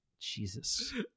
Jesus